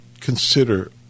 consider